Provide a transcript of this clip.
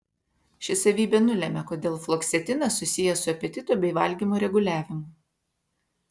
ši savybė nulemia kodėl fluoksetinas susijęs su apetito bei valgymo reguliavimu